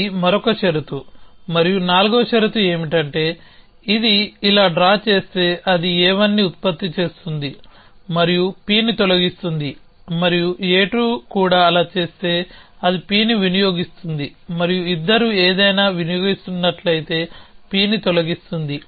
అది మరొక షరతు మరియు నాల్గవ షరతు ఏమిటంటేఇది ఇలా డ్రా చేస్తే అది a1 ని ఉత్పత్తి చేస్తుంది మరియు Pని తొలగిస్తుంది మరియు a2 కూడా అలా చేస్తే అది P ని వినియోగిస్తుంది మరియు ఇద్దరూ ఏదైనా వినియోగిస్తున్నట్లయితే Pని తొలగిస్తుంది